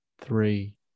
three